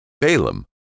Balaam